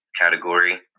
category